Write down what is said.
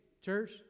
church